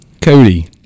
Cody